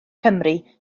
cymru